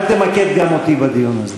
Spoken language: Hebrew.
אל תמקד גם אותי בדיון הזה.